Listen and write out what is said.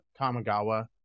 Kamigawa